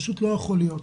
פשוט לא יכול להיות.